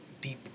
deep